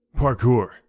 Parkour